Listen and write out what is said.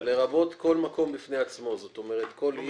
לרבות כל מקום בפני עצמו, זאת אומרת כל עיר.